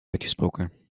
uitgesproken